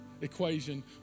equation